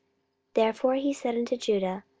therefore he said unto judah,